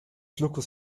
flujos